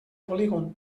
polígon